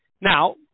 Now